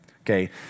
okay